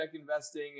investing